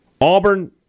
Auburn